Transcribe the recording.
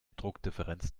druckdifferenz